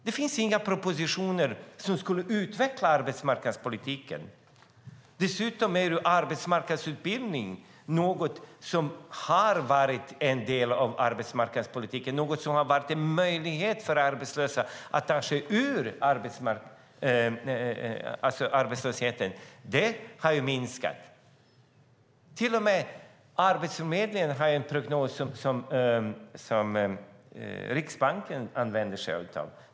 Det finns inga propositioner som skulle kunna utveckla arbetsmarknadspolitiken. Dessutom har arbetsmarknadsutbildning, som har varit en del av arbetsmarknadspolitiken och en möjlighet för arbetslösa att ta sig ur arbetslösheten, minskat. Arbetsförmedlingen har en prognos som till och med Riksbanken använder sig av.